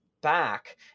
back